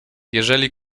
jeżeli